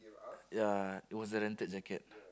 ya it was a rented jacket